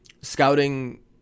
scouting